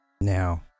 Now